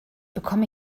bekomme